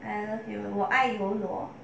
I love you 我爱有我